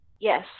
Yes